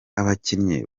abakinnyi